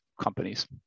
companies